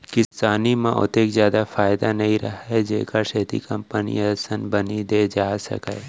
किसानी म ओतेक जादा फायदा नइ रहय जेखर सेती कंपनी असन बनी दे जाए सकय